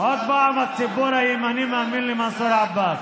עוד פעם הציבור הימני מאמין למנסור עבאס,